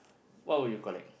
what would you collect